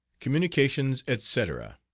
communications, etc.